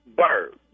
bird